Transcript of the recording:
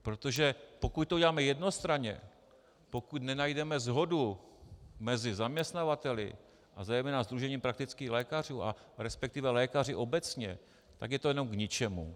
Protože pokud to uděláme jednostranně, pokud nenajdeme shodu mezi zaměstnavateli a zejména Sdružením praktických lékařů, resp. lékaři obecně, tak je to jenom k ničemu.